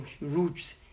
roots